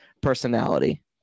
personality